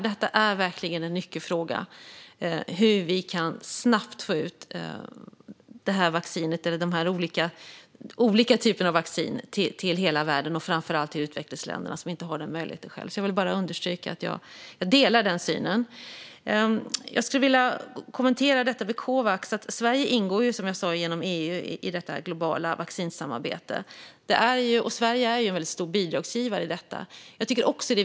Det är verkligen en nyckelfråga hur vi snabbt kan få ut de olika typerna av vaccin till hela världen och framför allt till utvecklingsländerna som inte har möjligheten att skaffa dem själva. Jag vill understryka att jag delar den synen. Jag vill kommentera det som Statsrådet Ardalan Shekarabi om Covax. Sverige ingår som jag sa genom EU i detta globala vaccinsamarbete. Sverige är en väldigt stor bidragsgivare i detta.